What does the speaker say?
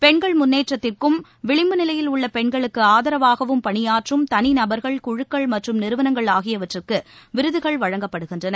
பெண்கள் முன்னேற்றத்திற்கும் விளிம்பு நிலையில் உள்ள பெண்களுக்கு ஆதரவாகவும் பணியாற்றும் தனிநபர்கள் குழுக்கள் மற்றும் நிறுவனங்கள் ஆகியவற்றுக்கு விருதுகள் வழங்கப்படுகின்றன